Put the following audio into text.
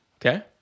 Okay